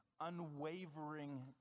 unwavering